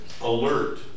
alert